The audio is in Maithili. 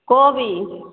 कोबी